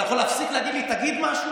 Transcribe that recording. אתה יכול להפסיק להגיד לי "תגיד משהו",